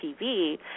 TV